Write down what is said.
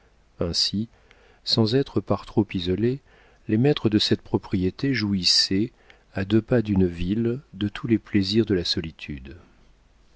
ainsi sans être par trop isolés les maîtres de cette propriété jouissaient à deux pas d'une ville de tous les plaisirs de la solitude